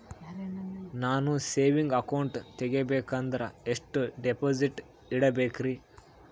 ನಾನು saving account ತೆಗಿಬೇಕಂದರ ಎಷ್ಟು ಡಿಪಾಸಿಟ್ ಇಡಬೇಕ್ರಿ?